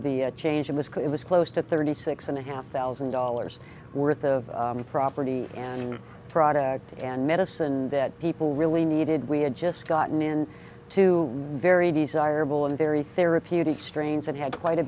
the change it was could it was close to thirty six and a half thousand dollars worth of property and product and medicine that people really needed we had just gotten in two very desirable and very therapeutic strains have had quite a